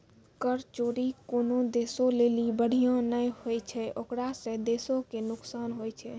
कर चोरी कोनो देशो लेली बढ़िया नै होय छै ओकरा से देशो के नुकसान होय छै